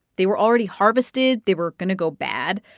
they were already harvested. they were going to go bad.